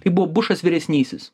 tai buvo bušas vyresnysis